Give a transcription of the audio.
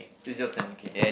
it's your turn okay